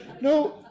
No